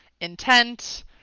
intent